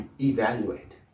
evaluate